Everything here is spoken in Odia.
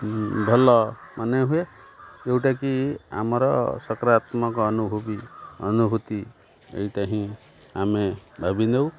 ଭଲ ମନେ ହୁଏ ଯେଉଁଟାକି ଆମର ସକାରାତ୍ମକ ଅନୁଭୂବି ଅନୁଭୂତି ଏଇଟା ହିଁ ଆମେ ଭାବି ନେଉ